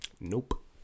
Nope